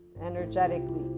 energetically